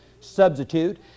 substitute